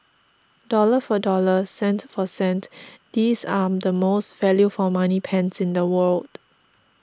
dollar for dollar cent for cent these are the most value for money pens in the world